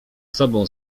sobą